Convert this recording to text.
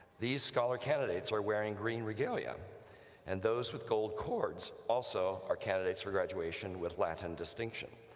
these scholar candidates are wearing green regalia and those with gold cords also are candidates for graduation with latin distinction.